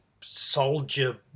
soldier